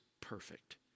perfect